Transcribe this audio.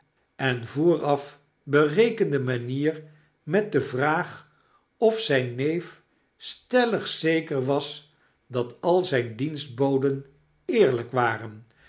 en vooraf berekende manier met de vraag of zyn neef stellig zeker was dat al zyne dienstboden eerlyk waren